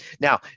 now